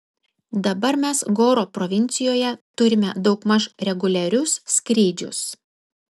dabar mes goro provincijoje turime daugmaž reguliarius skrydžius